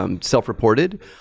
Self-reported